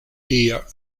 dia